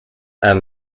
and